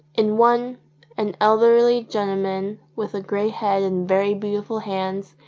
in one an elderly gentleman, with a grey head and very beautiful hands,